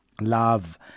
love